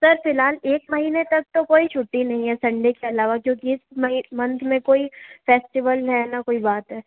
sir फ़िलहाल एक महीने तक तो कोई छुट्टी नहीं है संडे के अलावा क्योंकि इस मही मन्थ में कोई फ़ेस्टिवल है ना कोई बात है